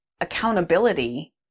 accountability